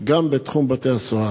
גם בתחום בתי-הסוהר.